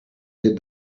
did